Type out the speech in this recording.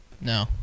No